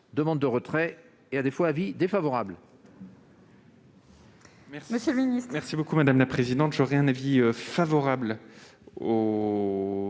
Demande de retrait ; à défaut, avis défavorable.